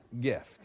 gift